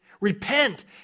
Repent